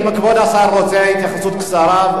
אם כבוד השר רוצה התייחסות קצרה,